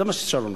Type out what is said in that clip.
זה מה ששרון עשה.